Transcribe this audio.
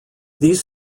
these